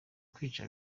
kwica